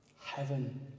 Heaven